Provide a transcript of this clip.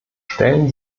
stellen